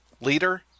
leader